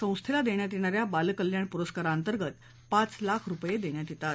संस्थेला देण्यात येणा या बाल कल्याण पुरस्कारांतर्गत पाच लाख रुपये देण्यात येतात